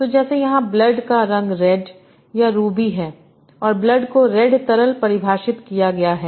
तो जैसे यहाँ ब्लडका रंगरेड या रूबी है और ब्लड को रेड तरल परिभाषित किया गया है